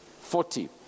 Forty